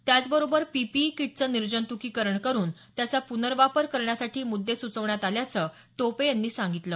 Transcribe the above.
त्याचबरोबर पीपीई कीटचं निर्जंतुकीकरण करून त्याचा प्र्नवापर करण्यासाठी मुद्दे सुचवण्यात आल्याचं टोपे यांनी सांगितलं